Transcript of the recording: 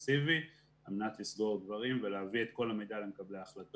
אינטנסיבי על מנת לסגור דברים ולהביא את כל המידע למקבלי ההחלטות.